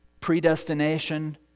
predestination